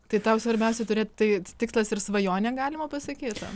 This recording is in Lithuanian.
tai tau svarbiausia turėti tai tikslas ir svajonė galima pasakyti